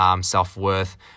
self-worth